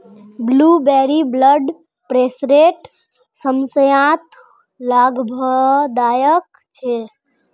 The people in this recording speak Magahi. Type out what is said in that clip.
ब्लूबेरी ब्लड प्रेशरेर समस्यात लाभदायक छे